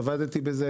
עבדתי בזה